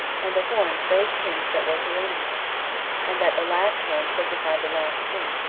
and the horns those kings that were to reign in them and that the last horn signified the last king,